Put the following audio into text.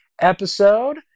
episode